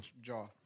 Jaw